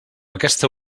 aquesta